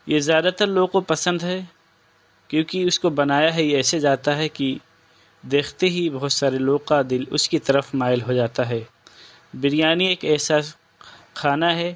یہ زیادہ تر لوگ کو پسند ہے کیونکہ اس کو بنایا ہی ایسے جاتا ہے کہ دیکھتے ہی بہت سارے لوگ کا دل اس کی طرف مائل ہو جاتا ہے بریانی ایک ایسا کھانا ہے